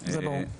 ברור.